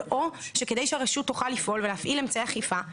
או שכדי שהרשות תוכל לפעול ולהפעיל אמצעי אכיפה,